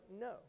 no